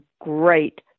great